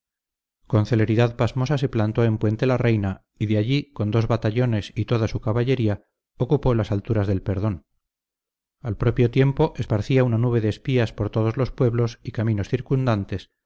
con celeridad pasmosa se plantó en puente la reina y de allí con dos batallones y toda su caballería ocupó las alturas del perdón al propio tiempo esparcía una nube de espías por todos los pueblos y caminos circundantes